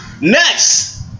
Next